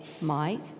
Mike